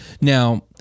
Now